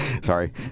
sorry